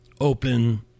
open